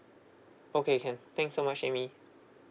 okay can thank you so much amy